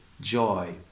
joy